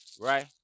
right